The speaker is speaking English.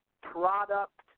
Product